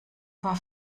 war